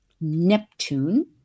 Neptune